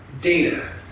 data